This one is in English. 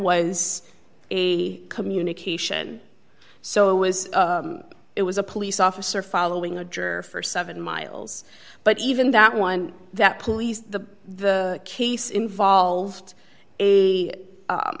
was a communication so was it was a police officer following a juror for seven miles but even that one that police the the case involved a